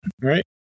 right